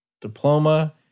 diploma